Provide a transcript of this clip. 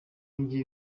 ngiye